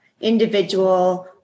individual